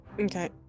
Okay